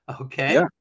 Okay